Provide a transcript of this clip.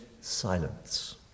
silence